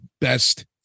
best